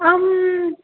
अहं